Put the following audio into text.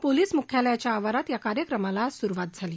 police मुख्यालयाच्या आवारात या कार्यक्रमाला आज सुरुवात झाली